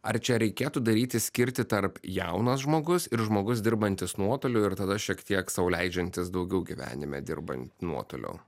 ar čia reikėtų daryti skirtį tarp jaunas žmogus ir žmogus dirbantis nuotoliu ir tada šiek tiek sau leidžiantis daugiau gyvenime dirbant nuotoliu